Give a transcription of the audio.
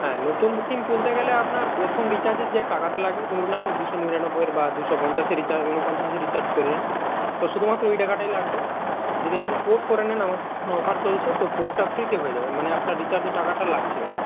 হ্যাঁ নতুন সিম তুলতে গেলে আপনার প্রথম রিচার্জের যে টাকাটা লাগে ধরুন আপনি দুশো নিরানব্বইয়ের বা দুশো পঞ্চাশের রিচার্জ ঊনপঞ্চাশের রিচার্জ করলেন তো শুধুমাত্র ওই টাকাটাই লাগবে আর যদি আপনি পোর্ট করে নেন আমাদের অফার চলছে তো পোর্টটা ফ্রিতে হয়ে যাবে মানে আপনার রিচার্জের টাকাটা লাগছে না